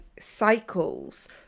cycles